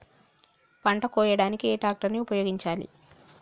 పంట కోయడానికి ఏ ట్రాక్టర్ ని ఉపయోగించాలి?